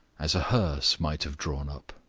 as a hearse might have drawn up,